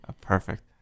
Perfect